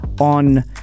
on